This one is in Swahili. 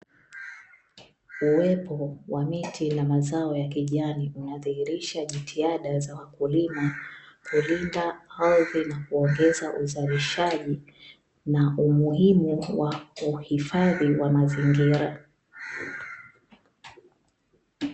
Uwepo wa miti na mazao ya kijani unadhihirisha jitihada za wakulima kulinda ardhi na kuongeza uzalishaji na umuhimu wa uhifadhi wa mazingira.